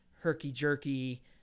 herky-jerky